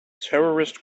terrorist